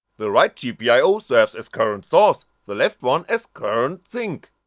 the right gpio serves at current source, the left one as current sink.